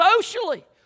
socially